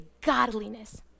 godliness